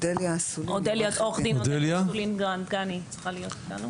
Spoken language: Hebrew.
עו"ד אודליה אסולין דגני, היא צריכה להיות איתנו.